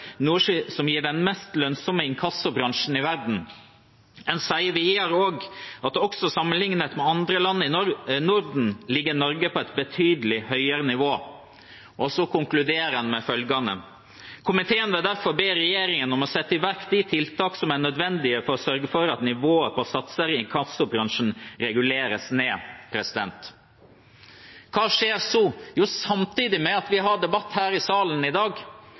noe som gir den mest lønnsomme inkassobransjen i verden.» En sier videre: «Også sammenlignet med andre land i Norden, ligger Norge på et betydelig høyere nivå.» Og så konkluderer en med følgende: «Komiteen vil derfor be regjeringen om å sette i verk de tiltak som er nødvendige for å sørge for at nivået på satser i inkassobransjen reguleres ned.» Hva skjer så? Jo, samtidig med at vi har debatt her i salen i dag,